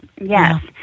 yes